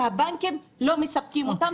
שהבנקים לא מספקים אותם.